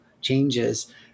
changes